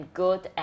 good